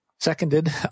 Seconded